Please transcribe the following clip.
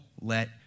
let